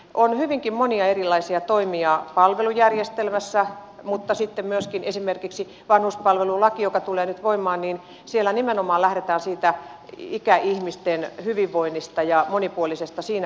on hyvinkin monia erilaisia toimia palvelujärjestelmässä mutta sitten myöskin esimerkiksi vanhuspalvelulaissa joka tulee nyt voimaan nimenomaan lähdetään siitä ikäihmisten hyvinvoinnista ja monipuolisesta auttamisesta siinä